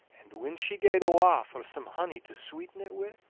and when she gaed awa' for some honey to sweeten it wi',